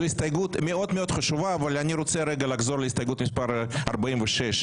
לפני המילים 'לא כונסה ישיבת הממשלה' ייכתב 'עבר ראש הממשלה על